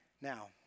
Now